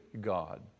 God